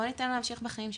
בוא ניתן לו להמשיך בחיים שלו.